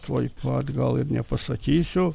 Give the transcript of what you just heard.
tuoj pat gal ir nepasakysiu